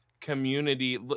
community